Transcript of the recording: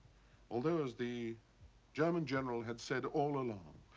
although as the german general had said all along,